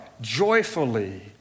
joyfully